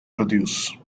produce